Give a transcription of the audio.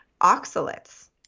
oxalates